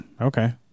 Okay